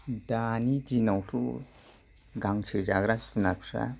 दानि दिनावथ' गांसो जाग्रा जुनारफ्रा